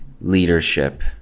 leadership